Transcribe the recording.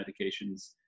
medications